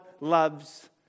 loves